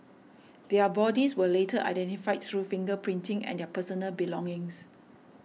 their bodies were later identified through finger printing and their personal belongings